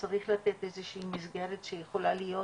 שצריך לתת איזו שהיא מסגרת שיכולה להיות